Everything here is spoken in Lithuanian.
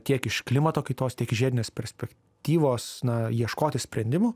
tiek iš klimato kaitos tiek žiedinės perspektyvos na ieškoti sprendimų